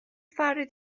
فراری